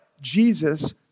Jesus